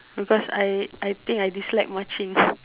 because I I think I dislike marching